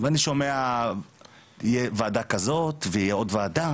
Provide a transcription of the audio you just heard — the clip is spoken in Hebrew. ואני שומע תהיה וועדה כזאת ותהיה עוד וועדה